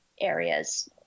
areas